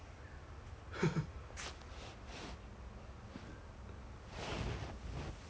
ya because every question leh every question 都是 err I let's say I ask a question then they'll Saoko what's your answer